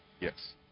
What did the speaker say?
Yes